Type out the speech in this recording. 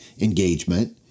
engagement